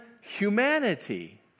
humanity